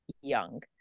Young